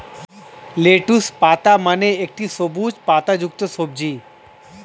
lettuce পাতা মানে একটি সবুজ পাতাযুক্ত সবজি